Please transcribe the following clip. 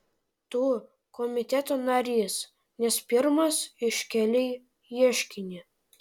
tu komiteto narys nes pirmas iškėlei ieškinį